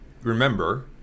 remember